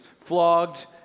flogged